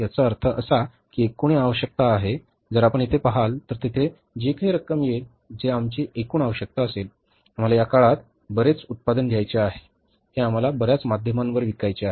याचा अर्थ असा की ही एकूण आवश्यकता आहे जर आपण येथे पहाल तर येथे जे काही रक्कम येईल जे आमची एकूण आवश्यकता असेल आम्हाला या काळात बरेच उत्पादन घ्यायचे आहे हे आम्हाला बर्याच माध्यमावर विकायचे आहे